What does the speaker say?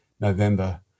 November